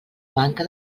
manca